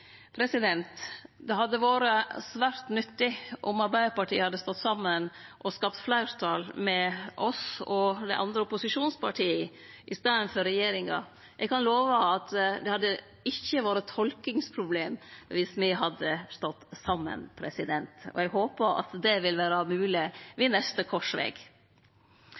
Det hadde vore svært nyttig om Arbeidarpartiet hadde stått saman og skapt fleirtal med oss og dei andre opposisjonspartia i staden for med regjeringa. Eg kan love at det ikkje hadde vore tolkingsproblem viss me hadde stått saman, og eg håpar at det vil vere mogleg ved neste